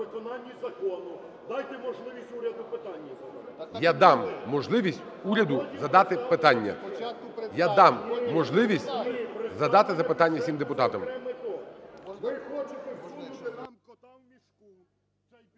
Я дам можливість уряду задати питання. Я дам можливість задати запитання всім депутатам.